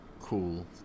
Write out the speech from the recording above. cool